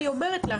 אני אומרת לך,